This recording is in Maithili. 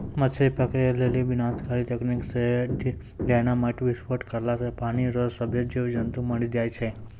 मछली पकड़ै लेली विनाशकारी तकनीकी से डेनामाईट विस्फोट करला से पानी रो सभ्भे जीब जन्तु मरी जाय छै